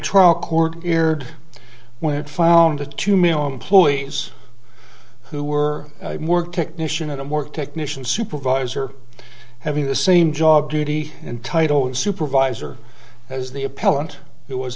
trial court erred when it found the two male employees who were work technician at a work technician supervisor having the same job duty and title and supervisor as the appellant it was